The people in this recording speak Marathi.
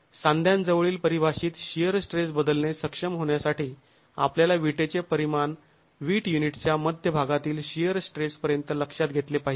आणि सांध्यांजवळील परिभाषीत शिअर स्ट्रेस बदलणे सक्षम होण्यासाठी आपल्याला विटेचे परिमाण विट युनिटच्या मध्यभागातील शिअर स्ट्रेस पर्यंत लक्षात घेतले पाहिजे